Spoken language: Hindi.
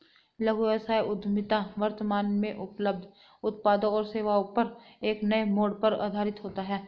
लघु व्यवसाय उद्यमिता वर्तमान में उपलब्ध उत्पादों और सेवाओं पर एक नए मोड़ पर आधारित होता है